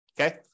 Okay